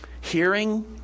Hearing